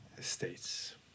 states